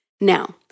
Now